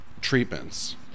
treatments